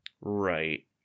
Right